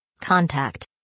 Contact